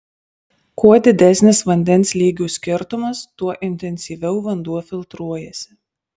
kuo didesnis vandens lygių skirtumas tuo intensyviau vanduo filtruojasi